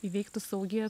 įvyktų saugiai